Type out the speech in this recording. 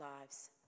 lives